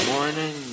Morning